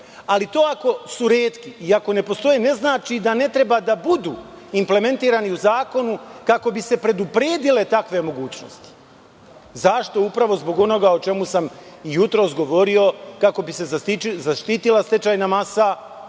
ali ako su retki ili ako ne postoje, to ne znači da ne treba da budu implementirani u zakonu kako bi se predupredile takve mogućnosti. Zašto? Upravo zbog onoga o čemu sam jutros govorio, kako bi se zaštitila stečajna masa,